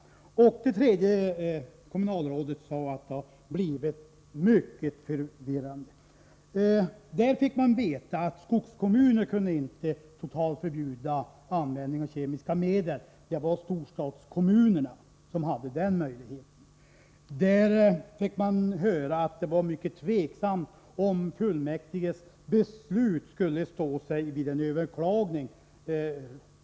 Det tredje kommunalrådet sade att det hela har blivit mycket förvirrande. På konferensen fick man veta att skogskommuner inte helt kunde förbjuda användning av kemiska medel — det var storstadskommunerna som hade den möjligheten. Man fick höra att det var mycket tveksamt om fullmäktiges beslut skulle stå sig vid ett överklagande.